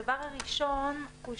דבר ראשון,